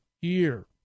year